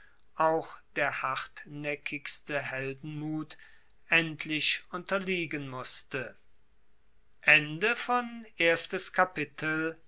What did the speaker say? auch der hartnaeckigste heldenmut endlich unterliegen musste